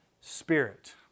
Spirit